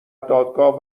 دادگاه